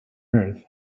earth